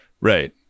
Right